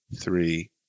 three